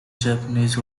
japanese